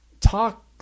talk